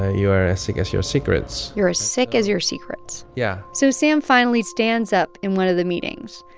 ah you are as sick as your secrets you're as sick as your secrets yeah so sam finally stands up in one of the meetings,